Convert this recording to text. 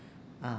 ah